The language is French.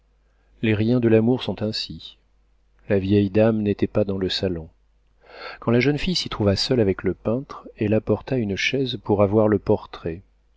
les riens de l'amour sont ainsi la vieille dame n'était pas dans le salon quand la jeune fille s'y trouva seule avec le peintre elle apporta une chaise pour avoir le portrait